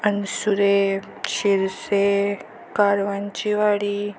अनसुरे शिरसे कारवांची वाडी